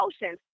emotions